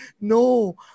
No